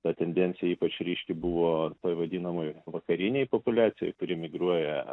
ta tendencija ypač ryški buvo toj vadinamoj vakarinėj populiacijoj kuri migruoja